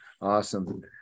Awesome